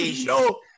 no